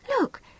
Look